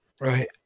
Right